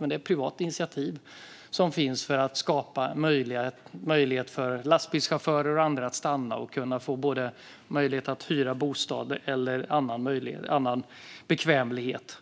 Men det är ett privat initiativ som finns för att skapa möjlighet för lastbilschaufförer och andra att stanna och hyra en bostad eller få annan bekvämlighet.